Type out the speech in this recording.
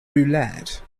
roulette